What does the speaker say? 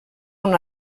una